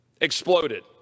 exploded